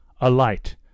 Alight